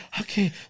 okay